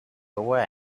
away